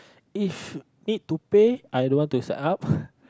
if need to pay I don't want to set up